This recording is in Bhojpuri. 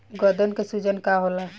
गदन के सूजन का होला?